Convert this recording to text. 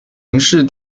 刑事